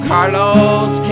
Carlos